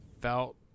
felt